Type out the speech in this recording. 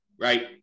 right